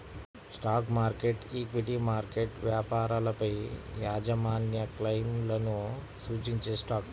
stock market, equity market వ్యాపారాలపైయాజమాన్యక్లెయిమ్లను సూచించేస్టాక్